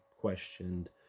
questioned